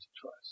trust